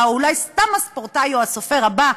או אולי סתם הספורטאי או הסופר הבא,